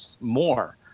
more